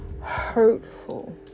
hurtful